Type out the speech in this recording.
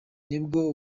nibwo